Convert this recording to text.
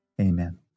amen